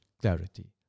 clarity